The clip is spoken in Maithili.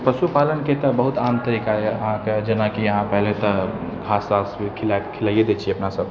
पशुपालनके तऽ बहुत आन तरीका अइ अहाँके जेनाकि अहाँ पहले तऽ घास तास भी खिलाइए दै छिए अपनासब